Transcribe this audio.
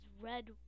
red